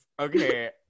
Okay